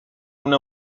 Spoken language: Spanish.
una